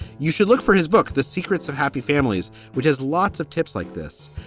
you should look for his book, the secrets of happy families, which has lots of tips like this,